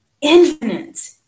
infinite